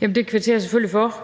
Det kvitterer jeg selvfølgelig for,